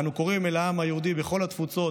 אנו קוראים אל העם היהודי בכל התפוצות